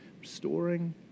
restoring